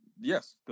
Yes